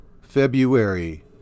February